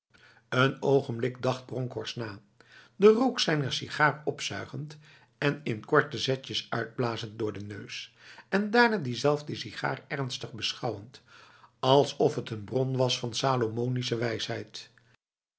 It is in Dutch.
een ogenblik dacht bronkhorst na de rook zijner sigaar opzuigend en in korte zetjes uitblazend door de neus en daarna diezelfde sigaar ernstig beschouwend alsof het een bron was van salomonische wijsheid